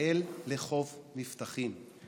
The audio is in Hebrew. ישראל לחוף מבטחים.